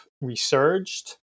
resurged